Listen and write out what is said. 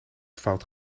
fout